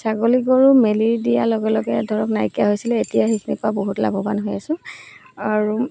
ছাগলী গৰু মেলি দিয়াৰ লগে লগে ধৰক নাইকিয়া হৈছিলে এতিয়া সেইখিনিৰপৰা বহুত লাভৱান হৈ আছো আৰু